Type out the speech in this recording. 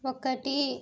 ఒకటి